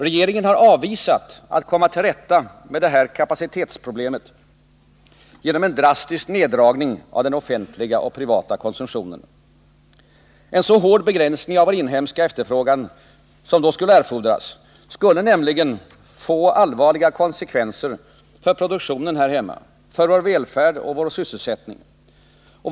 Regeringen har avvisat att komma till rätta med detta kapacitetsproblem genom en drastisk neddragning av den offentliga och privata konsumtionen. En så hård begränsning av vår inhemska efterfrågan som då skulle erfordras skulle nämligen få allvarliga konsekvenser för produktionen här hemma, för välfärden och sysselsättningen.